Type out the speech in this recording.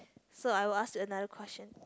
so I will ask another question